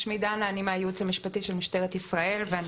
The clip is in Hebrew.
אני מהייעוץ המשפטי של משטרת ישראל ואני